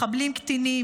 מחבלים קטינים,